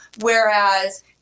Whereas